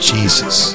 Jesus